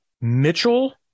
Mitchell